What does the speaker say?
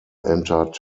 entered